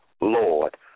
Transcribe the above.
Lord